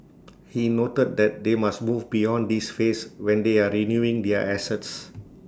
he noted that they must move beyond this phase when they are renewing their assets